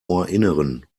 ohrinneren